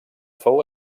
fou